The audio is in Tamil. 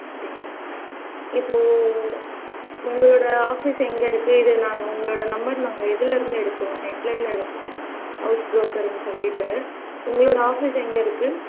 அப்படிங்களா இப்போ உங்கள் உங்களோட ஆஃபீஸ் எங்கே இருக்கு இது நாங்கள் உங்களோட நம்பர் நாங்கள் இதில் இருந்து எடுத்தோம் நெட்லேந்து எடுத்தோம் ஹவுஸ் ப்ரோக்கர்ன்னு சொல்லிவிட்டு உங்களோட ஆஃபீஸ் எங்கேருக்கு